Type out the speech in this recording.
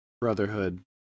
Brotherhood